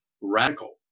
radical